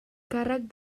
càrrec